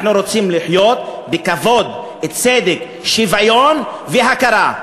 אנחנו רוצים לחיות בכבוד, בצדק, שוויון והכרה.